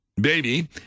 baby